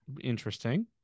Interesting